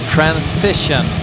Transition